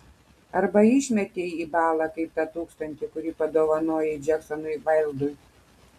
arba išmetei į balą kaip tą tūkstantį kurį padovanojai džeksonui vaildui